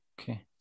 Okay